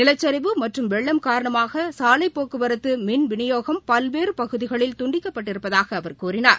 நிலச்சிவு மற்றும் வெள்ளம் காரணமாக சாலை போக்குவரத்து மின் விநியோகம் பல்வேறு பகுதிகளில் துண்டிக்கப்பட்டிருப்பதாக அவர் கூறினார்